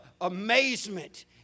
amazement